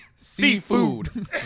Seafood